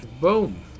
Boom